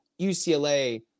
UCLA